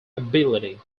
ability